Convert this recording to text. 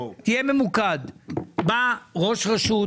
כשראש רשות